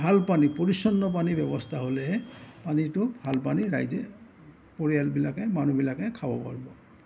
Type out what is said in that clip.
ভাল পানী পৰিচন্ন পানী ব্যৱস্থা হ'লেহে পানীটো ভাল পানী ৰাইজে পৰিয়ালবিলাকে মানুহবিলাকে খাব পাৰিব